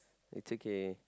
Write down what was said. it's okay